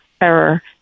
error